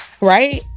right